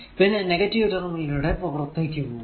പിന്നെ negative terminal ലൂടെ പുറത്തേക്കു പോകുന്നു